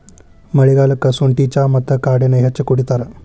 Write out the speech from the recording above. ಮಳಿಗಾಲಕ್ಕ ಸುಂಠಿ ಚಾ ಮತ್ತ ಕಾಡೆನಾ ಹೆಚ್ಚ ಕುಡಿತಾರ